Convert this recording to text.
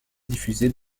diffuser